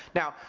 now,